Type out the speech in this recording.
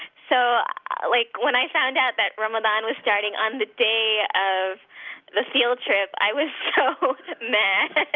so like when i found out that ramadan was starting on the day of the field trip, i was so mad.